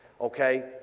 okay